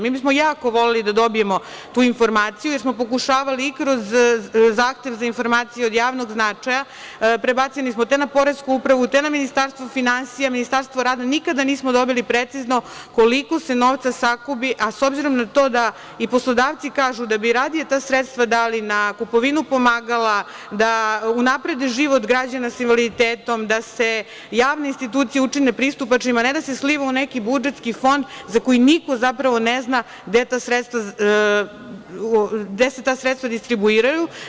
Mi bi smo jako voleli da dobijemo tu informaciju, jer smo pokušavali i kroz zahtev za informacije od javnog značaja, prebačeni smo te na Poresku upravu, te na Ministarstvo finansija, Ministarstvo rada, nikada nismo dobili precizno koliko se novca sakupi, a s obzirom na to da i poslodavci kažu da bi radije ta sredstva dali na kupovinu pomagala, da unaprede život građana sa invaliditetom, da se javne institucije učine pristupačnim, a ne da se sliva u neki budžetski fond za koji niko zapravo ne zna gde se ta sredstva distribuiraju.